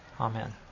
Amen